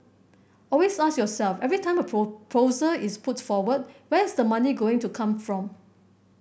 always ask yourself every time a proposal is put forward where is the money going to come from